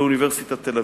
באוניברסיטת תל-אביב.